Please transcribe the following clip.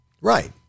Right